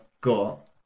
got